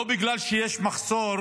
בגלל שיש מחסור